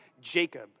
Jacob